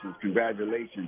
congratulations